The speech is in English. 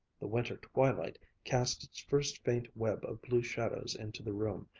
the winter twilight cast its first faint web of blue shadow into the room.